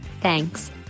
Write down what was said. Thanks